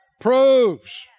Proves